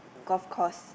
golf course